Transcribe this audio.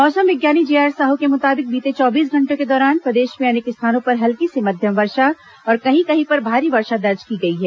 मौसम विज्ञानी जेआर साहू के मुताबिक बीते चौबीस घंटों के दौरान प्रदेश में अनेक स्थानों पर हल्की से मध्यम और कहीं कहीं पर भारी वर्षा दर्ज की गई है